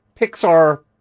Pixar